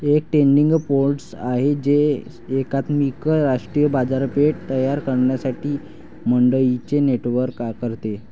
एक trading portal आहे जे एकात्मिक राष्ट्रीय बाजारपेठ तयार करण्यासाठी मंडईंचे नेटवर्क करते